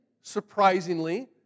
surprisingly